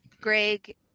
Greg